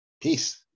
peace